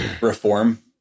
reform